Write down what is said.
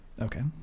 okay